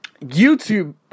YouTube